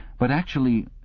but actually,